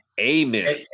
amen